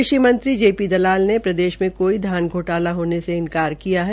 कृषि मंत्री J P Dalal ने प्रदेश में कोई धान धोटाला होने से इन्कार किया है